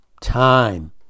Time